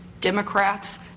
Democrats